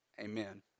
amen